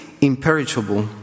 imperishable